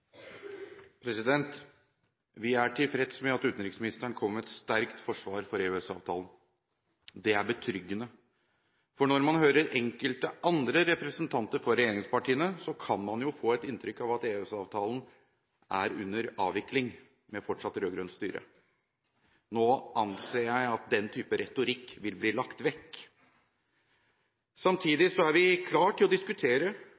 betryggende, for når man hører enkelte andre representanter for regjeringspartiene, kan man få inntrykk av at EØS-avtalen er under avvikling med fortsatt rød-grønt styre. Nå anser jeg at den type retorikk vil bli lagt vekk. Samtidig er vi klare til å diskutere